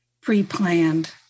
pre-planned